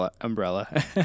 umbrella